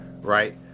right